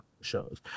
shows